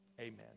Amen